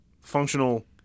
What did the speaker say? functional